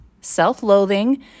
self-loathing